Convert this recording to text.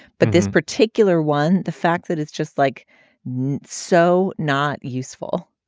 but this particular one, the fact that it's just like so not useful,